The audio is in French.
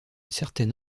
certaine